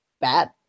bad